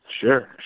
Sure